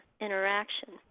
interaction